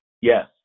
yes